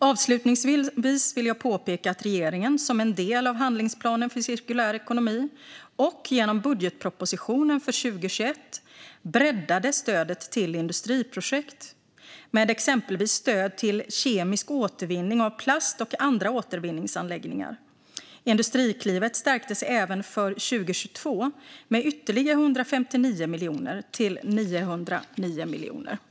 Avslutningsvis vill jag påpeka att regeringen, som en del av handlingsplanen för cirkulär ekonomi och genom budgetpropositionen för 2021, breddade stödet till industriprojekt, med exempelvis stöd till kemisk återvinning av plast och andra återvinningsanläggningar. Industriklivet stärktes även för 2022 med ytterligare 159 miljoner kronor till 909 miljoner kronor.